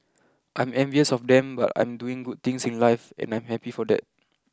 I'm envious of them but I'm doing good things in life and I'm happy for that